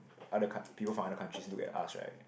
other people from other countries look at us right